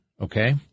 okay